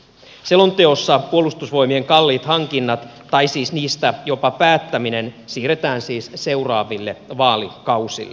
selonteossa puolustusvoimien kalliit hankinnat jopa niistä päättäminen siirretään siis seuraaville vaalikausille